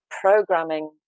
programming